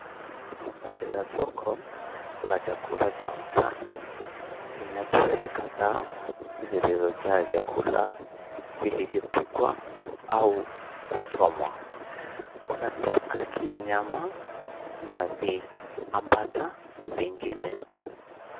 Mandari ya soko, kuna chakula cha mtaani. Lina trei kadhaa zilizojaa vyakula, vilivyopikwa au kuchomwa. Kuna mishikaki ya nyama na viambata vingine.